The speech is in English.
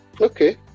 okay